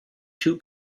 two